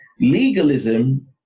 Legalism